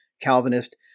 Calvinist